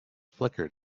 flickered